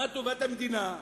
מה טובת המדינה,